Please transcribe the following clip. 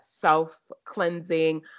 self-cleansing